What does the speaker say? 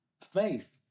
faith